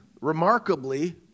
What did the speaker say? remarkably